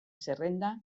zerrenda